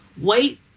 white